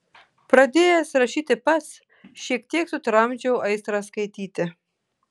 pradėjęs rašyti pats šiek tiek sutramdžiau aistrą skaityti